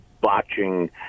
botching